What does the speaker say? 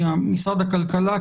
משרד הכלכלה,